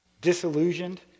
Disillusioned